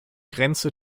grenze